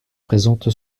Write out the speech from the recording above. présente